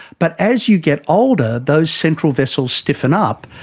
but as you get older, those central vessels stiffen up.